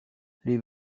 les